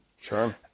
Sure